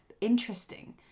interesting